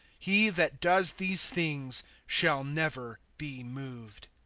he that does these things shall never be moved.